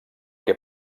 que